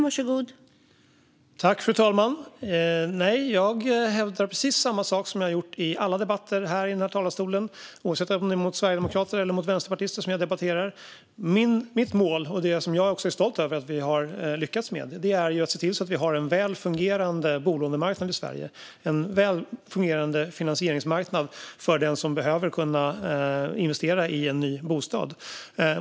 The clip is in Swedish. Fru talman! Nej, jag hävdar precis samma sak som jag har gjort i alla debatter i den här talarstolen oavsett om det är mot sverigedemokrater eller vänsterpartister jag debatterar. Mitt mål, som jag också är stolt över att vi har lyckats med, är att se till att vi har en väl fungerande bolånemarknad i Sverige och en väl fungerande finansieringsmarknad för den som behöver kunna investera i en ny bostad.